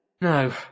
No